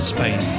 Spain